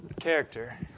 Character